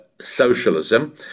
socialism